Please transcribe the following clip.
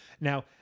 Now